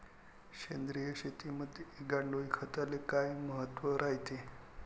सेंद्रिय शेतीमंदी गांडूळखताले काय महत्त्व रायते?